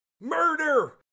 Murder